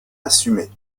assumer